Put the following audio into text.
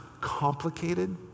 complicated